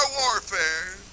warfare